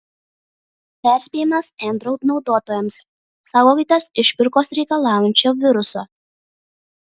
perspėjimas android naudotojams saugokitės išpirkos reikalaujančio viruso